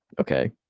Okay